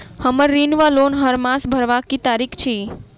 हम्मर ऋण वा लोन हरमास भरवाक की तारीख अछि?